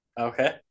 Okay